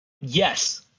Yes